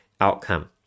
outcome